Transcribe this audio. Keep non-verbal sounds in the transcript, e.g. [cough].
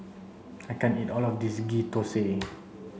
I can't eat all of this Ghee Thosai [noise]